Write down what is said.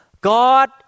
God